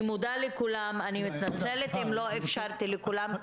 אני מודה לכולם ומתנצלת אם לא אפשרתי לכולם.